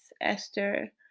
Esther